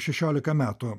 šešiolika metų